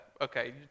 Okay